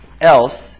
else